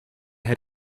had